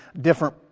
different